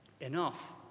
enough